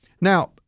Now